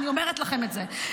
אני אומרת לכם את זה.